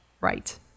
Right